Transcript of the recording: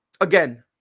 Again